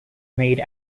made